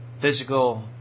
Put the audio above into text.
physical